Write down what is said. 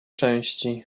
części